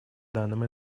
данном